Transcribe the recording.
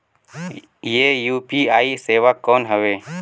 ये यू.पी.आई सेवा कौन हवे?